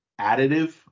additive